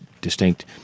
distinct